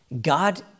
God